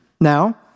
Now